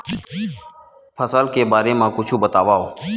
फसल के बारे मा कुछु बतावव